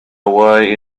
away